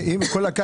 יחד עם זאת,